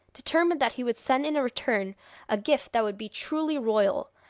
determined that he would send in return a gift that would be truly royal,